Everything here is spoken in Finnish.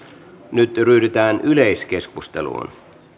nyt ryhdytään yleiskeskusteluun